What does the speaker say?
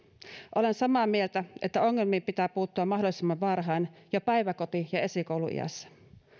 olen samaa mieltä siitä että ongelmiin pitää puuttua mahdollisimman varhain jo päiväkoti ja esikouluiässä